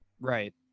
Right